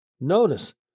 Notice